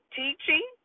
teaching